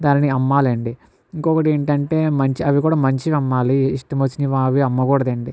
దానిని అమ్మాలండి ఇంకొకటి ఏంటంటే మంచివి అవి కూడా మంచివి అమ్మాలి ఇష్టం వచ్చినవి అవి అమ్మకూడదండి